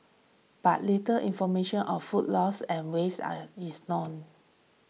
but little information or food loss and waste are is known